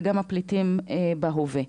וגם על פליטים בהווה.